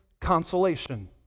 consolation